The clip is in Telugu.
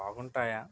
బాగుంటాయా